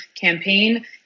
campaign